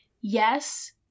yes